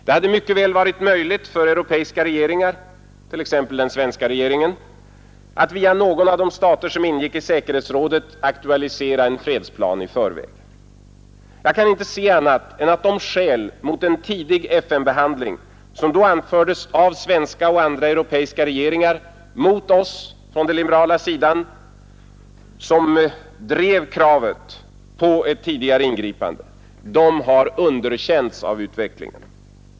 Det hade mycket väl varit möjligt för europeiska regeringar, t.ex. svenska regeringen, att via någon av de stater som ingick i säkerhetsrådet aktualisera en fredsplan i förväg. Jag kan inte se annat än att de skäl mot en tidig FN-behandling, som då anfördes av svenska och andra europeiska regeringar mot oss på den liberala sidan som drev kravet på ett tidigare ingripande, har underkänts av utvecklingen.